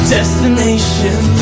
Destination